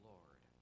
Lord